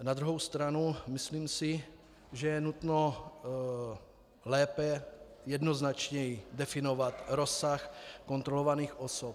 Na druhou stranu myslím, že je nutno lépe, jednoznačněji definovat rozsah kontrolovaných osob.